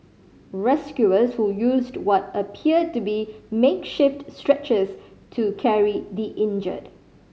rescuers who used what appeared to be makeshift stretchers to carry the injured